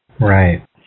Right